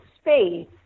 space